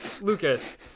Lucas